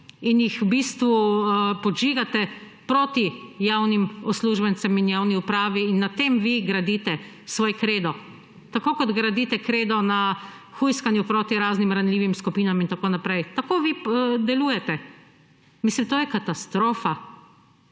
in jih v bistvu podžigate proti javnim uslužbencem in javni upravi, Na tem vi gradite svoj kredo. Tako kot gradite kredo na hujskanju proti raznim ranljivim skupinam in tako naprej. Tako vi delujete. To je katastrofa.